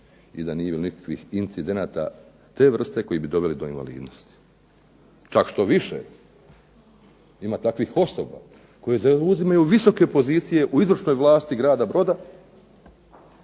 i da nije bilo tih incidenata te vrste koji bi doveli do invalidnosti. Čak što više ima takvih osoba koje zauzimaju visoke pozicije u izvršnoj vlasti grada Broda